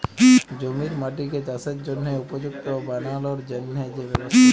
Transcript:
জমির মাটিকে চাসের জনহে উপযুক্ত বানালর জন্হে যে ব্যবস্থা